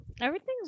everything's